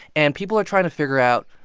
and people are trying to figure out,